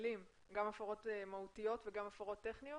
כוללים גם הפרות טכניות וגם הפרות מהותיות?